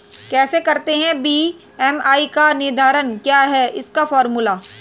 कैसे करते हैं बी.एम.आई का निर्धारण क्या है इसका फॉर्मूला?